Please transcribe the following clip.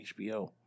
HBO